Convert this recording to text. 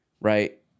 right